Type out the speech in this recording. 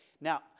Now